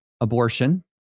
abortion